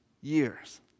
years